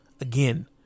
Again